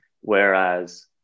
Whereas